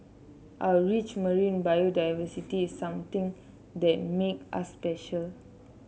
our rich marine biodiversity is something that makes us special